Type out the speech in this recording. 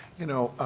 you know,